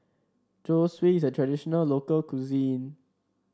Zosui is a traditional local cuisine